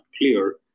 clear